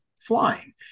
flying